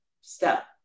step